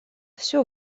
все